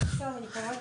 ללכת